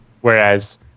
Whereas